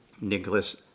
Nicholas